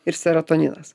ir serotoninas